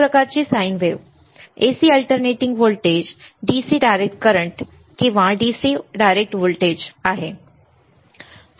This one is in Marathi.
एक प्रकारची sine wave AC alternating voltage DC direct current किंवा डायरेक्ट व्होल्टेज आहे